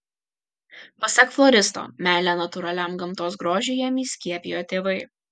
pasak floristo meilę natūraliam gamtos grožiui jam įskiepijo tėvai